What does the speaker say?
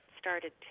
started